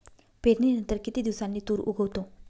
पेरणीनंतर किती दिवसांनी तूर उगवतो?